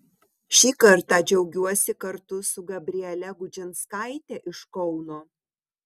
šį kartą džiaugiuosi kartu su gabriele gudžinskaite iš kauno